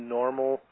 normal